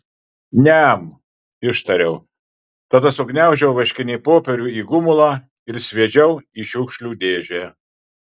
niam ištariau tada sugniaužiau vaškinį popierių į gumulą ir sviedžiau į šiukšlių dėžę